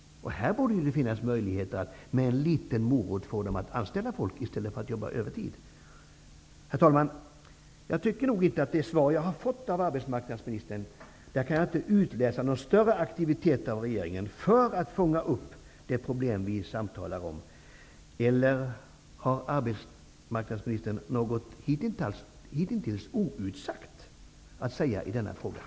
Här borde det finnas möjligheter att med en liten morot få dem att anställa folk i stället för att lita till övertidsarbete. Herr talman! Jag tycker nog inte att jag i det svar jag har fått av arbetsmarknadsministern kan utläsa någon större aktivitet av regeringen för att fånga upp det problem vi samtalar om, eller har arbetsmarknadsministern något hitintills outsagt att säga i denna fråga?